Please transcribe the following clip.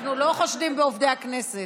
אנחנו לא חושדים בעובדי הכנסת,